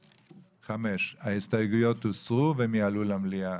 5. הצבעה לא אושר ההסתייגויות הוסרו והן יעלו למליאה.